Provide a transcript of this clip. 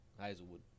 Hazelwood